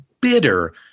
bitter